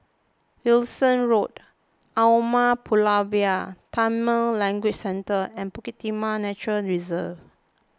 Wilkinson Road Umar Pulavar Tamil Language Centre and Bukit Timah Nature Reserve